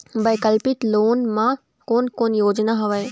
वैकल्पिक लोन मा कोन कोन योजना हवए?